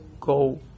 go